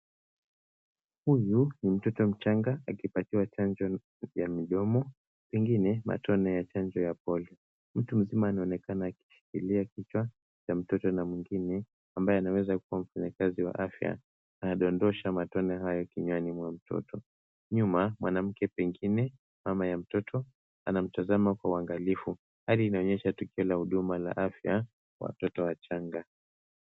Huyu ni mtoto mchanga akipatiwa chanjo ya mdomo pengine matone ya chanjo ya Polio. Mtu mzima anaonekana akishikilia kichwa ya mtoto na mwingine ambaye anaweza kuwa mfanyakazi wa afya anadondosha matone hayo kinywani mwa mtoto. Nyuma mwanamke pengine mama ya mtoto anamtazama kwa uangalifu. Hali inaonyesha tukio la huduma la afya kwa watoto wachanga.